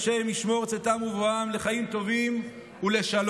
השם ישמור צאתם ובואם לחיים טובים ולשלום".